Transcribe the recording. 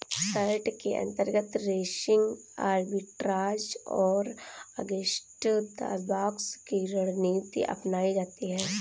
short के अंतर्गत racing arbitrage और अगेंस्ट द बॉक्स की रणनीति अपनाई जाती है